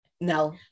No